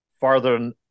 farther